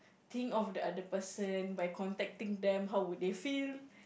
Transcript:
think of the other person by contacting them how would they feel